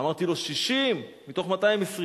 אמרתי לו: 60 מתוך 220,